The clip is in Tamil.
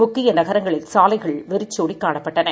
முக்கியநகரங்களில்சாலைகள்வெறிச்சோடிகா ணப்பட்டன